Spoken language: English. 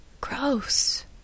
Gross